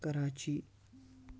Karachi